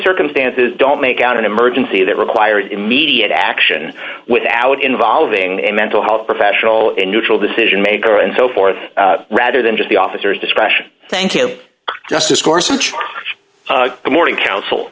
circumstances don't make out an emergency that requires immediate action without involving a mental health professional a neutral decision maker and so forth rather than just the officer's discretion thank you justice course of the morning counsel